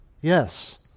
Yes